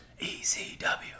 ECW